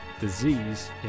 disease